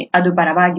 ಅದು ಪರವಾಗಿಲ್ಲ